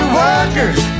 workers